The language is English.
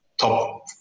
Top